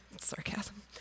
Sarcasm